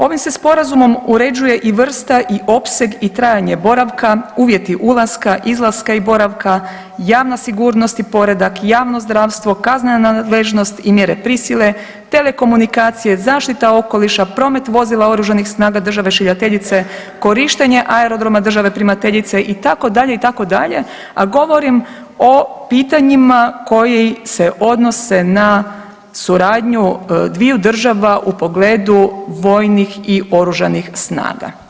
Ovim se Sporazumom uređuje vrsta i opseg i trajanje boravka, uvjeti boravka, uvjeti ulaska, izlaska i boravka, javna sigurnost i poredak, javno zdravstvo, kaznena nadležnost i mjere prisile, telekomunikacije, zaštita okoliša, promet vozila Oružanih snaga države šiljateljice, korištenje aerodroma države primateljice i tako dalje, i tako dalje, a govorim o pitanjima koji se odnose na suradnju dviju država u pogledu vojnih i oružanih snaga.